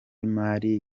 imari